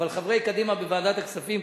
אבל חברי קדימה בוועדת הכספים,